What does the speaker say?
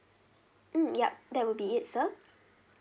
mm yup that will be it sir